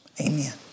Amen